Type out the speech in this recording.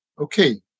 Okay